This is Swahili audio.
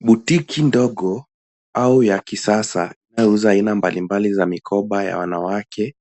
Botiki ndogo au ya kisasa inauza aina mbalimbali za mikoba ya wanawake.